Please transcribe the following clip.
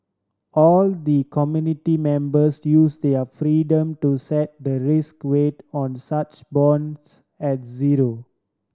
all the committee members to use their freedom to set the risk weight on such bonds at zero